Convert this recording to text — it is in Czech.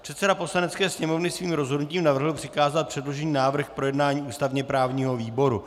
Předseda Poslanecké sněmovny svým rozhodnutím navrhl přikázat předložený návrh k projednání ústavněprávnímu výboru.